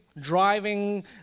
driving